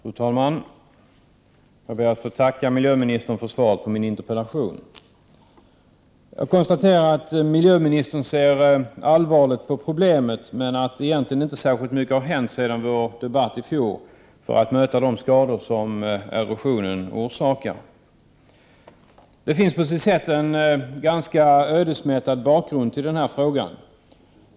Fru talman! Jag ber att få tacka miljöministern för svaret på min interpellation. Jag konstaterar att miljöministern ser allvarligt på problemet, men att egentligen inte särskilt mycket har hänt sedan vår debatt i fjol, för att möta de skador som erosionen orsakar. Det finns på sitt sätt en ganska ödesmättad bakgrund till den här frågan.